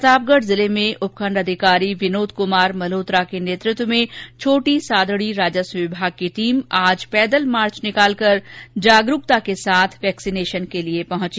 प्रतापगढ़ जिले में उपखण्ड अधिकारी विनोद कुमार मेल्होत्रा के नेतृत्व में छोटी सादड़ी राजस्व विभाग की टीम आज पैदल मार्च निकालकर जागरूकता के साथ वैक्सीनेशन के लिए पहुंची